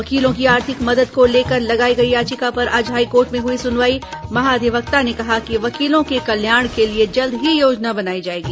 वकीलों की आर्थिक मदद को लेकर लगाई गई याचिका पर आज हाईकोर्ट में हुई सुनवाई महाधिवक्ता ने कहा कि वकीलों के कल्याण के लिए जल्द ही योजना बनाई जाएगी